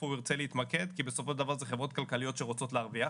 הוא ירצה להתמקד כי בסופו של דבר אלה חברות כלכליות שרוצות להרוויח